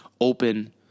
open